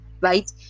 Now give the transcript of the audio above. right